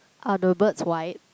are the birds white